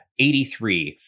83